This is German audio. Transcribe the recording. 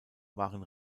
waren